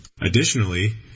additionally